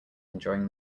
enjoying